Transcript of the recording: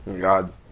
God